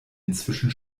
inzwischen